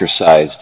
exercised